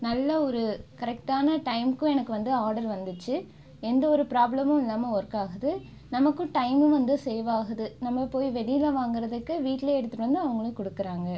நல்ல ஒரு கரெக்ட்டான டைம்க்கு எனக்கு ஆர்டர் வந்துச்சு எந்த ஒரு ப்ராப்ளமும் இல்லாமல் ஒர்க் ஆகுது நமக்கும் டைமும் வந்து சேவ் வாகுது நம்ம போய் வெளியில வாங்குறதுக்கு வீட்லயே எடுத்துகிட்டு வந்து அவங்களும் கொடுக்குறாங்க